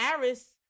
Aris